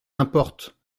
importe